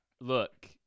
look